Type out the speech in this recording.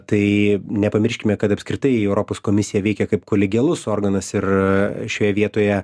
tai nepamirškime kad apskritai europos komisija veikia kaip kolegialus organas ir šioje vietoje